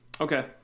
Okay